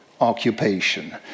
occupation